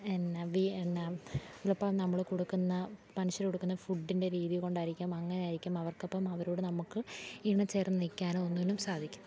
എന്നാൽ എന്നാൽ ചിലപ്പം നമ്മൾ കൊടുക്കുന്ന മനുഷ്യർ കൊടുക്കുന്ന ഫുഡ്ഡിൻ്റെ രീതി കൊണ്ടായിരിക്കാം അങ്ങനെ ആയിരിക്കും അവർക്കപ്പം അവരോടു നമുക്ക് ഇണ ചേർന്നു നിൽക്കാനും ഒന്നിനും സാധിക്കും